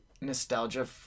nostalgia